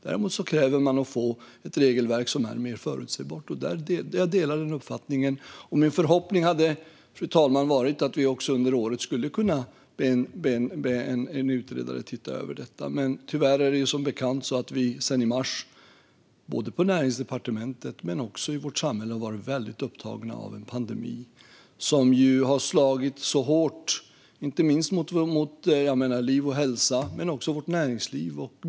Däremot kräver de att få ett regelverk som är mer förutsägbart, och jag delar denna uppfattning. Fru talman! Min förhoppning var att vi under året skulle ha kunnat be en utredare att se över det här. Men tyvärr har vi som bekant sedan i mars både på Näringsdepartementet och i samhället varit väldigt upptagna av en pandemi. Den har slagit mycket hårt mot inte minst liv och hälsa men även näringsliv.